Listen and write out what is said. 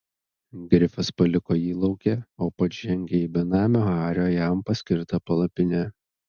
grifas paliko jį lauke o pats žengė į benamio hario jam paskirtą palapinę